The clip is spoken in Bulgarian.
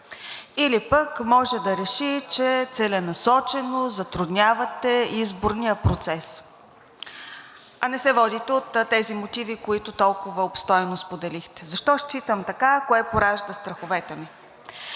или пък може да реши, че целенасочено затруднявате изборния процес, а не се водите от тези мотиви, които толкова обстойно споделихте. Защо считам така, кое поражда страховете ми?